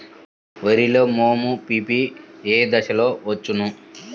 వరిలో మోము పిప్పి ఏ దశలో వచ్చును?